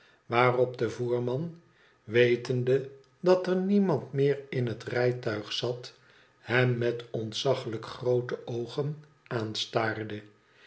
waarop de voerman wetende dat er niemand meer in het rijtuig zat hem met ontzaglijk groote oogen aanstaarde